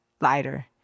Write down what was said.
lighter